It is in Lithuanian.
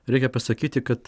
reikia pasakyti kad